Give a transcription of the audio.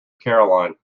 caroline